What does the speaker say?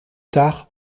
tard